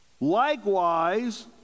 Likewise